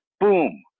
boom